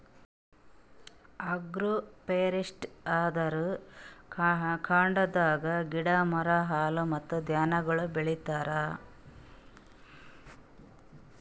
agro forestry ಅಂದುರ್ ಕಾಡದಾಗ್ ಗಿಡ, ಮರ, ಹುಲ್ಲು ಮತ್ತ ಧಾನ್ಯಗೊಳ್ ಬೆಳಿತಾರ್